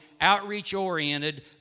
outreach-oriented